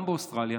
גם באוסטרליה